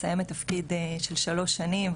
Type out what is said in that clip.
מסיימת תפקיד של שלוש שנים,